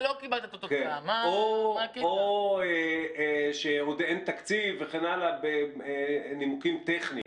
או שעוד אין תקציב וכן הלאה, בנימוקים טכניים?